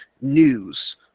news